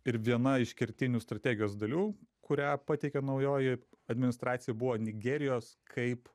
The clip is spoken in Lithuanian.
ir viena iš kertinių strategijos dalių kurią pateikia naujoji administracija buvo nigerijos kaip